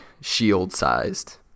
shield-sized